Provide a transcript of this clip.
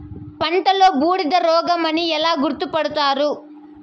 పంటలో బూడిద రోగమని ఎలా గుర్తుపడతారు?